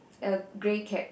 a grey cap